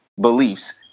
beliefs